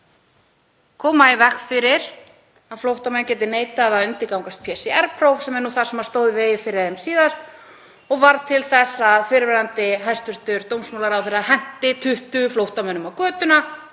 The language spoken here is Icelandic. koma í veg fyrir að flóttamenn geti neitað að undirgangast PCR-próf, sem er það sem stóð í vegi fyrir þeim síðast og varð til þess að fyrrverandi hæstv. dómsmálaráðherra henti 20 flóttamönnum á götuna